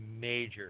major